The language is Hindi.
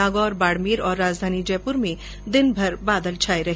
नागौर बाडमेर और राजधानी जयपुर में आज दि नभर बादल छाये रहे